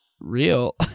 real